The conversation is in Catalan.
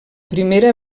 primera